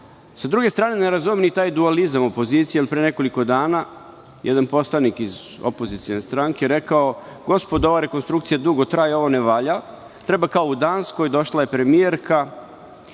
druge strane, ne razumem ni taj dualizam opozicije od pre nekoliko dana. Jedan poslanik iz opozicione stranke je rekao: „Gospodo, ova rekonstrukcija dugo traje, ovo ne valja. Treba kao u Danskoj. Došla je premijerka